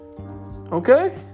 Okay